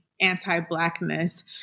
anti-blackness